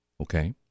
okay